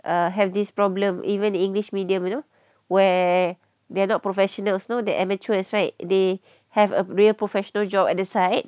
err have this problem even english medium you know where they're not professionals now the amateurs right they have a real professional job at the side